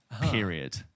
Period